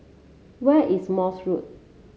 where is Morse Road